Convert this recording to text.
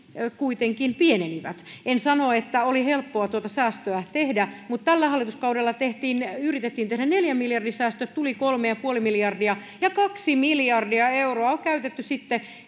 kuitenkin pienenivät en sano että oli helppoa tuota säästöä tehdä mutta tällä hallituskaudella yritettiin tehdä neljän miljardin säästöt tuli kolme pilkku viisi miljardia ja kaksi miljardia euroa on käytetty